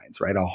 right